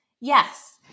Yes